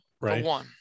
Right